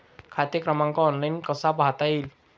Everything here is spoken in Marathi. खाते क्रमांक ऑनलाइन कसा पाहता येईल?